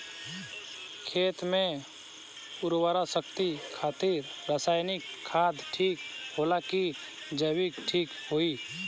खेत के उरवरा शक्ति खातिर रसायानिक खाद ठीक होला कि जैविक़ ठीक होई?